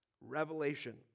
Revelation